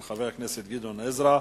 של חבר הכנסת גדעון עזרא: